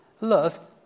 Love